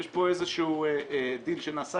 יש פה איזשהו דיל שנעשה,